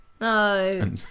No